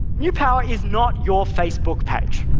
new power is not your facebook page.